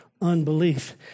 unbelief